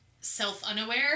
self-unaware